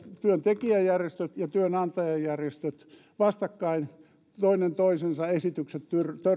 työntekijäjärjestöt ja työnantajajärjestöt vastakkain toinen toisensa esitykset